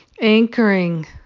anchoring